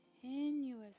continuous